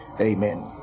Amen